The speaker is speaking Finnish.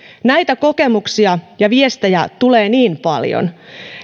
näitä kokemuksia ja viestejä tulee niin paljon